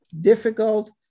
difficult